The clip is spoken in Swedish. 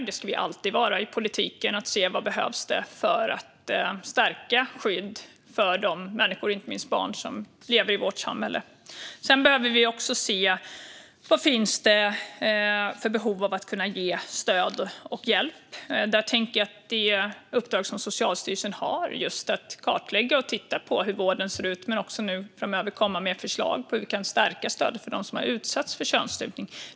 Det ska vi alltid vara i politiken för att se vad som behövs för att stärka skyddet för de människor, inte minst barn, som lever i vårt samhälle. Sedan behöver vi också se på vad det finns för behov av stöd och hjälp. Jag tänker på det uppdrag som Socialstyrelsen har att kartlägga och titta på hur vården ser ut och att framöver komma med förslag på hur vi kan stärka stödet för dem som har utsatts för könsstympning.